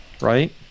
right